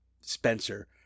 Spencer